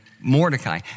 Mordecai